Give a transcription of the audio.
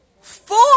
four